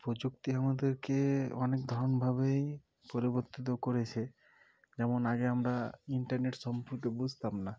প্রযুক্তি আমাদেরকে অনেক ধরণভাবেই পরিবর্তিত করেছে যেমন আগে আমরা ইন্টারনেট সম্পর্কে বুঝতাম না